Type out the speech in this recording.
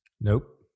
Nope